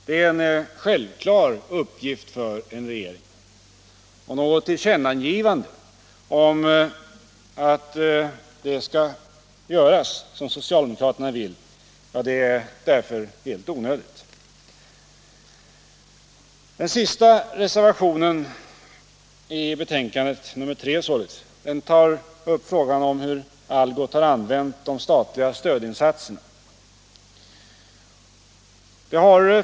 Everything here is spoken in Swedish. Det är en självklar uppgift för en regering — och något tillkännagivande av att det skall göras, som socialdemokraterna vill ha gjort, är därför helt onödigt. Den sista reservationen i betänkandet, nr 3, tar upp frågan om hur Algots har använt de statliga stödinsatserna.